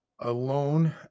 alone